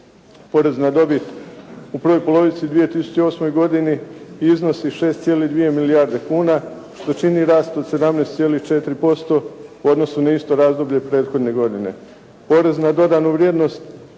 Porez na dobit u prvoj polovici 2008. godini iznosi 6,2 milijarde kuna što čini rast od 17,4% u odnosu na isto razdoblje prethodne godine. Porez na dodanu vrijednost